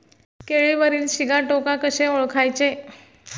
केळीवरील सिगाटोका कसे ओळखायचे?